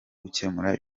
gukemura